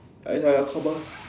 it's like a compulsory